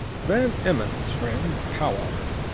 van emmon's friend, powart,